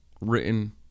written